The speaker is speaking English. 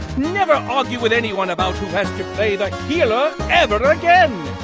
never argue with anyone about who has to play the healer ever again!